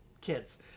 kids